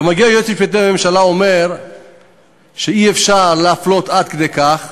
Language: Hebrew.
ומגיע היועץ המשפטי לממשלה ואומר שאי-אפשר להפלות עד כדי כך,